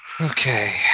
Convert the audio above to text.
Okay